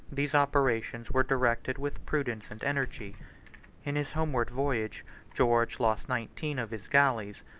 these operations were directed with prudence and energy in his homeward voyage george lost nineteen of his galleys,